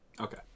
Okay